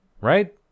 Right